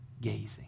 gazing